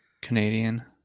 Canadian